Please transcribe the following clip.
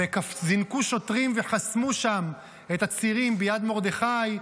וזינקו שוטרים וחסמו שם את הצירים ביד מרדכי,